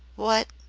what,